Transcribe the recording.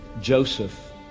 Joseph